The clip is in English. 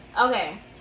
Okay